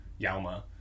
Yalma